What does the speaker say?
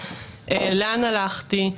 לאן הלכתי,